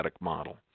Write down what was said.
model